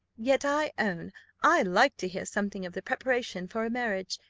yet i own i like to hear something of the preparation for a marriage,